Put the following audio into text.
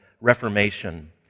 Reformation